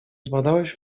zbadałeś